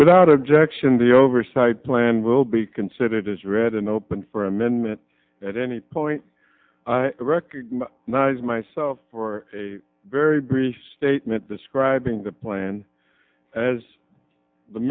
without objection the oversight plan will be considered as read and open for amendment at any point i reckon nies myself for a very brief statement describing the plan as the